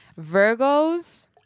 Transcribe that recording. Virgos